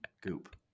Goop